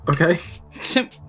Okay